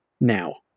now